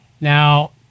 Now